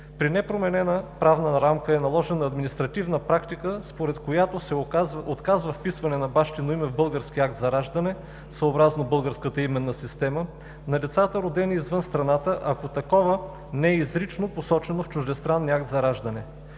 при непроменена правна рамка е наложена административна практика, според която се отказва вписване на бащино име в българския акт за раждане съобразно българската именна система на децата, родени извън страната, ако такова не е изрично посочено в чуждестранния акт за раждане.